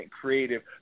creative